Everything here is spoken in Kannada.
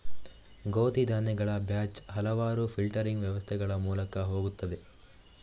ಗೋಧಿ ಧಾನ್ಯಗಳ ಬ್ಯಾಚ್ ಹಲವಾರು ಫಿಲ್ಟರಿಂಗ್ ವ್ಯವಸ್ಥೆಗಳ ಮೂಲಕ ಹೋಗುತ್ತದೆ